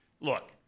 Look